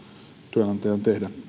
työnantajan tehdä